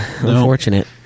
unfortunate